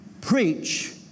preach